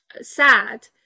sad